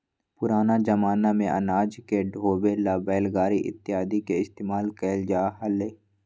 पुराना जमाना में अनाज के ढोवे ला बैलगाड़ी इत्यादि के इस्तेमाल कइल जा हलय